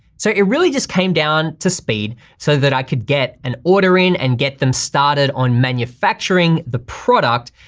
so it really just came down to speed so that i could get an order in, and get them started on manufacturing the product,